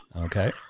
Okay